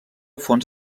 fons